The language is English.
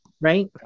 right